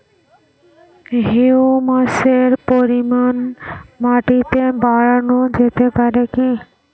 হিউমাসের পরিমান মাটিতে বারানো যেতে পারে কি?